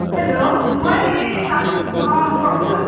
hello মই এই অঁ কওকচোন